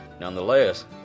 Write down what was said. Nonetheless